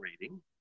reading